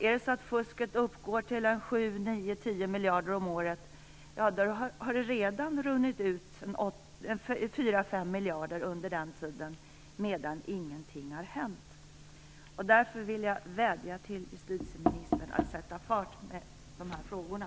Om kostnaden för fusket uppgår till 7-10 miljarder om året har det redan runnit bort 4-5 miljarder, och under tiden har ingenting hänt. Därför vill jag vädja till justitieministern att sätta fart med de här frågorna.